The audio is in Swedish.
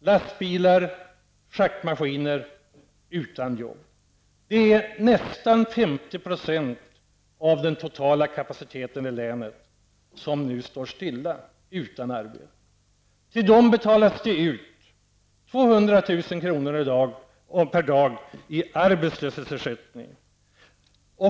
lastbilar och schaktmaskiner -- utan jobb. Det är nästan 50 % av den totala kapaciteten i länet som nu står stilla, utan arbete. Till dessa entreprenörer betalas det i dag ut 200 000 kr. per dag i arbetslöshetsersättning.